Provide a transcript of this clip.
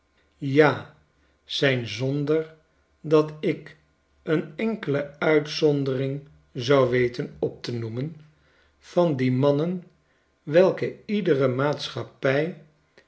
ja zijn zonder dat ik een enkele uitzondering zou weten op te noemen van die mannen welke iedere maatschappij